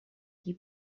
qui